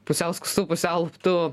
pusiau skustų pusiau luptų